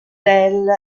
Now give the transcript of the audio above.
del